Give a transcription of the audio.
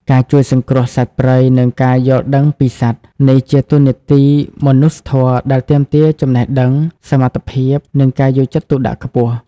ការជួយសង្គ្រោះសត្វព្រៃ និងការយល់ដឹងពីសត្វ នេះជាតួនាទីមនុស្សធម៌ដែលទាមទារចំណេះដឹង សមត្ថភាព និងការយកចិត្តទុកដាក់ខ្ពស់។